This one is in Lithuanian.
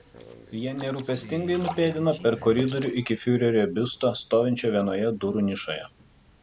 jie nerūpestingai nupėdino per koridorių iki fiurerio biusto stovinčio vienoje durų nišoje